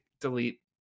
delete